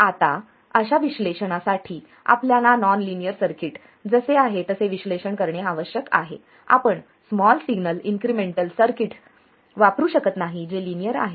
आता अशा विश्लेषणासाठी आपल्याला नॉन लिनियर सर्किट जसे आहे तसे विश्लेषण करणे आवश्यक आहे आपण स्मॉल सिग्नल इन्क्रिमेंटल सर्किट वापरू शकत नाही जे लिनियर आहे